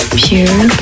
pure